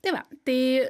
tai va tai